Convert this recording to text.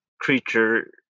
creature